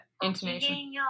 intonation